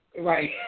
Right